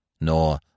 Nor